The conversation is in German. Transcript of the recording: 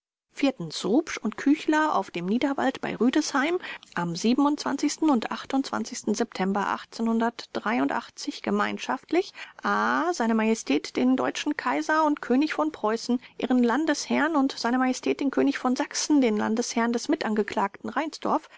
rupsch und küchler auf dem niederwald bei rüdesheim am und september gemeinschaftlich a se majestät den deutschen kaiser und könig von preußen ihren landesherrn und se majestät den könig von sachsen den landesherrn des mitangeklagten reinsdorf